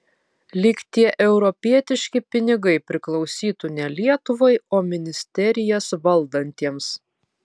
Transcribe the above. lyg tie europietiški pinigai priklausytų ne lietuvai o ministerijas valdantiems